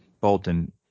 Bolton